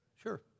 Sure